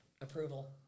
Approval